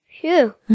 phew